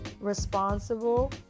responsible